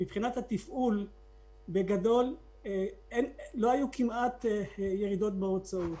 מבחינת התפעול לא היו כמעט ירידות בהוצאות.